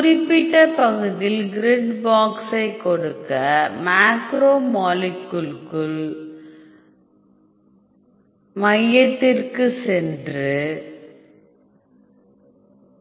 குறிப்பிட்ட பகுதியில் grid box ஐ கொடுக்க மேக்ரோமாலிக்குள் மையத்திற்குச் சென்று